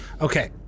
Okay